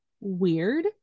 weird